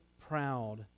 proud